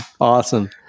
awesome